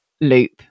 loop